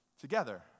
together